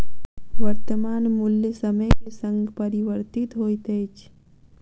वर्त्तमान मूल्य समय के संग परिवर्तित होइत अछि